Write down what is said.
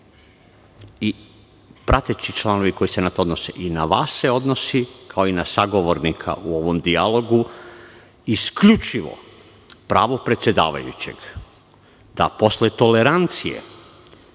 i prateći članovi na koji se to odnose, i na vas se odnosi, kao i na sagovornika u ovom dijalogu, isključivo pravo predsedavajućeg da posle tolerancije